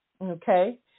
okay